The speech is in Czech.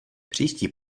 příští